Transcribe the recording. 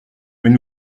mais